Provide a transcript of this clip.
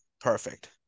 Perfect